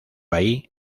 ahí